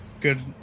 good